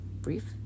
Brief